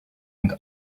and